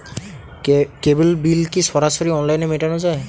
কেবল bill কি সরাসরি অনলাইনে মেটানো য়ায়?